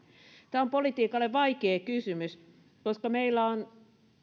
tämä on politiikalle vaikea kysymys koska meillä on